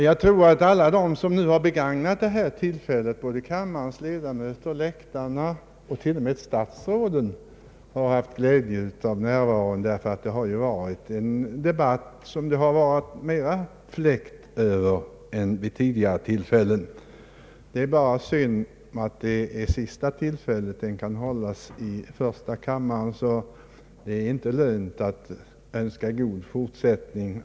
Jag tror att alla de som nu har begagnat tillfället att åhöra debatten, både kammarens ledamöter, åhörarna på läktaren och t.o.m. statsråden, har haft glädje av närvaron, ty det har varit en debatt med mer fläkt över sig än vid tidigare tillfällen. Det är bara synd att det är sista gången som den stora remissdebatten kan hållas i första kammaren, och därför är det inte lönt att önska god fortsättning.